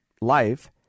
life